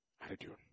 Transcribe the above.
attitude